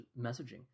messaging